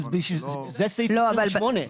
אבל זה סעיף 28,